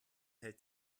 hält